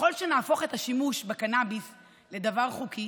ככל שנהפוך את השימוש בקנביס לדבר חוקי